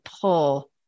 pull